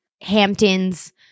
Hampton's